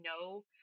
no